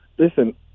Listen